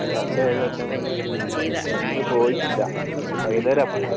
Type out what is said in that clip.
ജിമ്മിൽ പോയിട്ടില്ല വൈകുന്നേരമാണ് പോവൽ